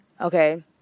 Okay